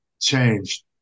changed